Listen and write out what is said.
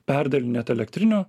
perdarinėt elektrinių